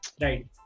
Right